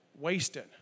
wasted